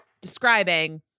describing